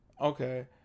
Okay